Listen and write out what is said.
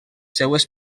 seves